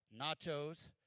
nachos